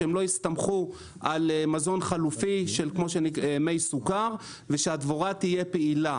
שהן לא יסתמכו על מזון חלופי כמו מי סוכר ושהדבורה תהיה פעילה.